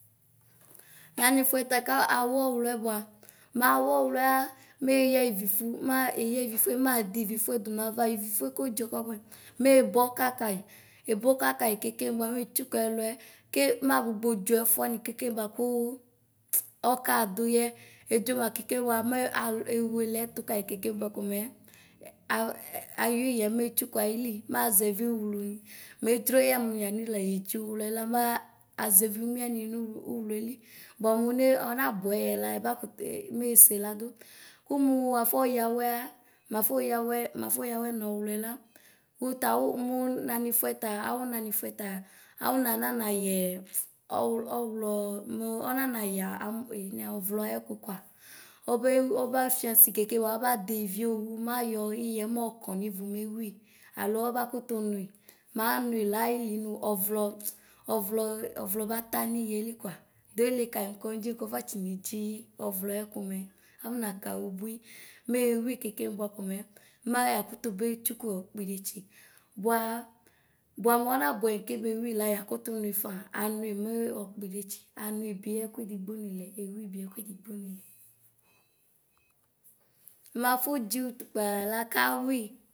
Naniƒuu ta ka awuɔɣlɔɛ bua, mawuɔɣlɛa meya ivifu, ma eyɔ ivjfu madivifue ɖu nava, ivifuɛ kadzo kɔbuɛ, meboɔna kayi, eboɔka kayi kekebua metsuku ɛluɛ. Ke magbugbɔdzo ɛfuani keke ba kuu ɔkaduyɛ. Edzoma kekebua mɛ a eweleɛtu kayi kekebuakomɛ a ɛ ayuiɣɛ metsuku aɣili maʒɛvi uwlu, madzroyɛ mu yaniɣla yeɖzi uwlue la mɛɛ aʒɛvi umiani nu uwlu uwluelu. Buamuonee ɔnabuɛyɛ la ɛba kutue meseladu. Kumuu aƒoyɔwɛ mafoyɔwɛ mafoyɔwɛ nɔɣlɔɛ la; wutua mu nanifuɛ ta, awunanifuɛ taa, awuna nanayɛ ɔɣl ɔɣlɔɔ nu ɔnanayɛ am. e ɔvlɔaɛku koa. Ɔbem ɔbafiɔsi keke ba ɔbadɛ ivieoowu mayɔ iɣɛ mɔykɔ nivu mewi, alo ɔbakutu nui manui la ailie ni ɔvlɔ ɔvlɔ ɔvlɔ bata niɣeli koa; duele kayi nu kɔŋdzi kɔɖatsi ne dzi ɔvlɔaɛkumɛ, afɔnaka ubui. Mewi kekeʋ bua komɛ mayaakotosue tsukuɔɔ kpidetsu. Bua, bua mɔnabuɛ kebewi la, yakutu nui ƒaa; anui nu akpidetsi anui bi ɛkuedigbo ni lɛ ewi bi ɛkuedigbo ni lɛ.